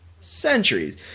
Centuries